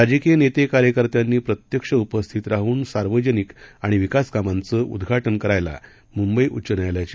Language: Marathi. राजकीय नेते कार्यकर्त्यांनी प्रत्यक्ष उपस्थित राहून सार्वजनिक आणि विकास कामांचं उद्घाटन करायला मुंबई उच्च न्यायालयांची